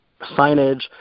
signage